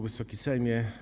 Wysoki Sejmie!